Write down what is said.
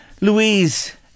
Louise